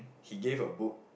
he gave a book